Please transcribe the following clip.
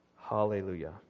Hallelujah